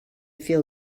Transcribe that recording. feel